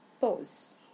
pose